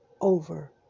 over